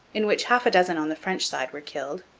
in which half a dozen on the french side were killed,